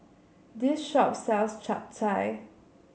this shop sells Chap Chai